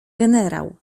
generał